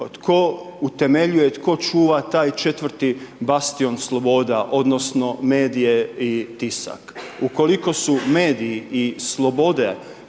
tko utemeljuje, tko čuva taj 4. bastion sloboda, odnosno medije i tisak. Ukoliko su mediji i slobode